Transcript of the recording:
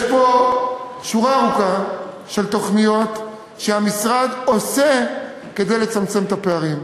יש פה שורה ארוכה של תוכניות שהמשרד עושה כדי לצמצם את הפערים,